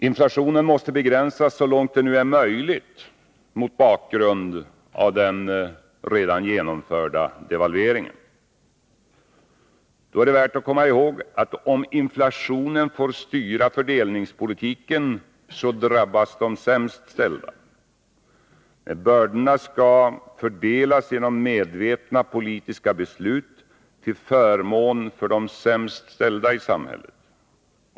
Inflationen måste begränsas så långt det nu är möjligt mot bakgrund av den redan genomförda devalveringen. Då är det värt att komma ihåg att om inflationen får styra fördelningspolitiken, drabbas de sämst ställda. Bördorna skall fördelas genom medvetna politiska beslut till förmån för de sämst ställda i samhället.